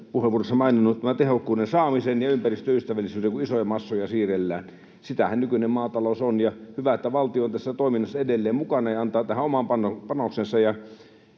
erinomaisesti maininneet, tehokkuutta ja ympäristöystävällisyyttä, kun isoja massoja siirrellään. Sitähän nykyinen maatalous on, ja on hyvä, että valtio on tässä toiminnassa edelleen mukana ja antaa tähän oman panoksensa.